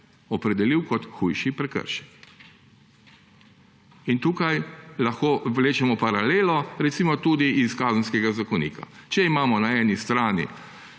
opredelil kot hujši prekršek. In tukaj lahko vlečemo paralelo recimo tudi iz Kazenskega zakonika. Če imamo na eni strani